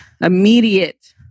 immediate